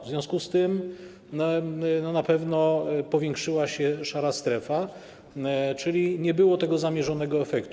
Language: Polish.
W związku z tym na pewno powiększyła się szara strefa, czyli nie było tego zamierzone efektu.